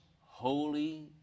holy